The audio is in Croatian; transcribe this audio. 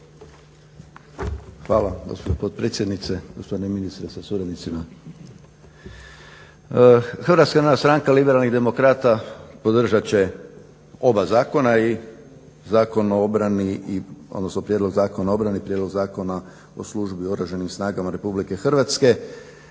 Hvala gospođo potpredsjednice, gospodine ministre sa suradnicima. Hrvatska narodna stranka liberalnih demokrata podržat će oba zakona i Zakon o obrani, odnosno prijedlog Zakona o obrani, prijedlog Zakona o službi u Oružanim snagama RH prvenstveno